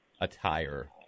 attire –